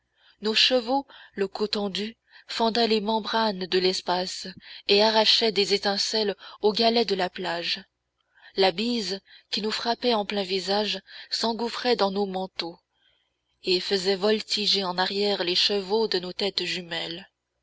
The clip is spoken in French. nos chevaux le cou tendu fendaient les membranes de l'espace et arrachaient des étincelles aux galets de la plage la bise qui nous frappait en plein visage s'engouffrait dans nos manteaux et faisait voltiger en arrière les cheveux de nos têtes jumelles